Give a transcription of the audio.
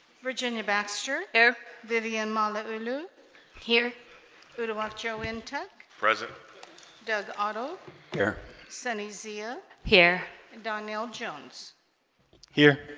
virginia baxter air vivian mallalieu you know here buta watch joe in tuck president doug otto here sunny zia here darnell jones here